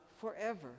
forever